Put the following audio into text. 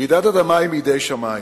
רעידת אדמה היא מידי שמים,